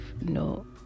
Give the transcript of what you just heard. no